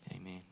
amen